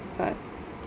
but